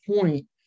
point